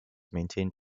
maintained